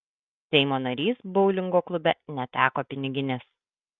seimo narys boulingo klube neteko piniginės